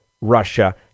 russia